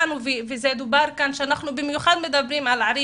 דובר כאן שאנחנו במיוחד מדברים על ערים